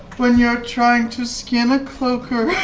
when you're trying to skin a cloaker,